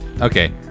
Okay